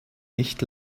nicht